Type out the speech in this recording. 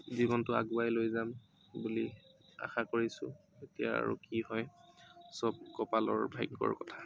জীৱনটো আগুৱাই লৈ যাম বুলি আশা কৰিছো এতিয়া আৰু কি হয় চব কপালৰ ভাগ্যৰ কথা